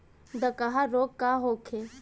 डकहा रोग का होखे?